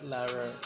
Lara